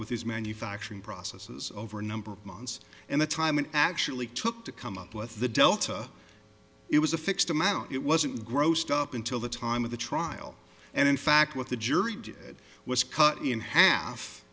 with his manufacturing processes over a number of months and the time it actually took to come up with the delta it was a fixed amount it wasn't grossed up until the time of the trial and in fact what the jury did was cut in half